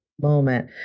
moment